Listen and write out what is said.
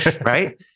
right